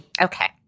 Okay